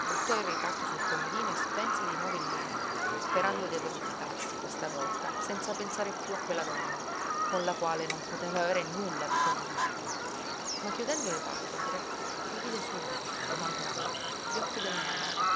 buttò il ritratto sul comodino e spense di nuovo il lume sperando di addormentarsi questa volta senza pensare piú a quella donna con la quale non poteva aver nulla di comune ma chiudendo le pàlpebre rivide subito suo malgrado gli occhi della morta